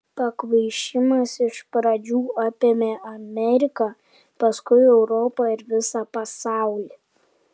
pakvaišimas iš pradžių apėmė ameriką paskui europą ir visą pasaulį